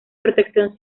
protección